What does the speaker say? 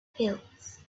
fields